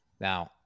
Now